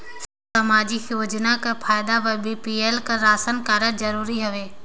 समाजिक योजना कर फायदा बर बी.पी.एल कर राशन कारड जरूरी हवे?